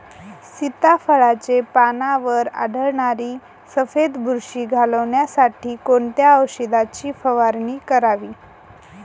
सीताफळाचे पानांवर आढळणारी सफेद बुरशी घालवण्यासाठी कोणत्या औषधांची फवारणी करावी?